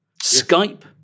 Skype